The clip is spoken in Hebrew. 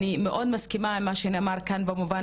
אני מאוד מסכימה עם מה שנאמר כאן במובן